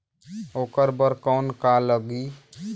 ओकर बर कौन का लगी?